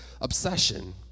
obsession